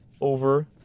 Over